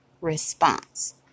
response